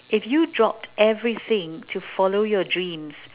if you dropped everything to follow your dreams